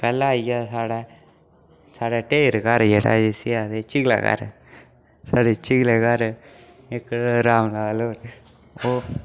पैह्ला आई गेआ स्हाड़ै स्हाड़े ढेर घर जेह्ड़ा इसी आखदे चीग्ला घर स्हाड़े चिग्ले घर इक राम लाल होर ओह्